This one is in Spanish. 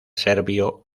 serbio